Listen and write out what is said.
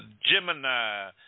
Gemini